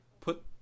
put